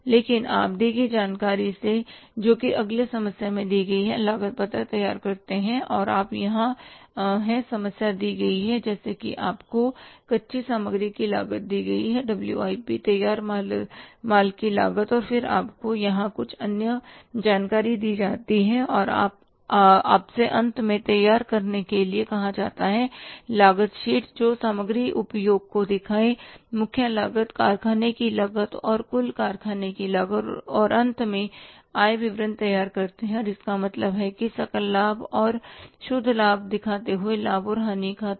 आइए आप दी हुई जानकारी से जो कि अगली समस्या में दे गई है लागत पत्र तैयार करते हैं तो आप यहां हैं समस्या दी गई है जैसे कि आपको कच्ची सामग्री की लागत दी गई हैडब्ल्यू आई पी तैयार माल की लागत और फिर आपको यहां कुछ अन्य जानकारी दी जाती है और आपसे अंत में तैयार करने के लिए कहा जाता है लागत शीट जो सामग्री उपयोग को दिखाएं मुख्य लागत कारखाने की लागत और कुल कारखाने की लागत और अंत में आय विवरण तैयार करते हैं इसका मतलब है कि सकल लाभ और शुद्ध लाभ दिखाते हुए लाभ और हानि खाता